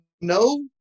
no